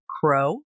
crow